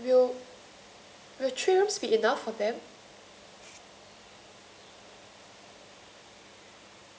uh will will three rooms be enough for them